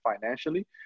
financially